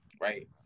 right